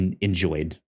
enjoyed